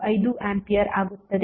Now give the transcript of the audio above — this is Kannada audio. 5 ಆಂಪಿಯರ್ ಆಗುತ್ತದೆ